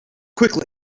quickly